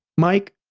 mike,